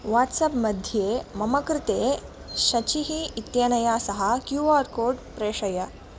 वाट्साप्मध्ये मम कृते शची इत्यनयासह क्यू आर् कोड् प्रेषय